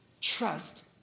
Trust